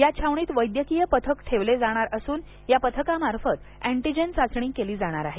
या छावणीत वैधकीय पथक ठेवले जाणार असून या पथकामार्फत एटीजेन चाचणी केली जाणार आहे